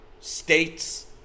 states